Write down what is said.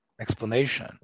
explanation